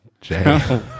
Jay